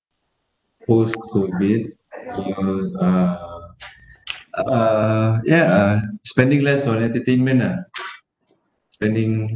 whose who did uh uh uh ya uh spending less on entertainment spending